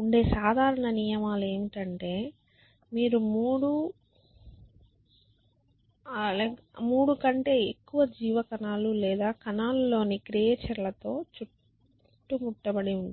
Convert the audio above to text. ఉండే సాధారణ నియమాలు ఏమిటంటే మీరు మూడు కంటే ఎక్కువ జీవ కణాలు లేదా కణాలలోని క్రియేచర్ ల తో చుట్టుముట్టబడి ఉంటే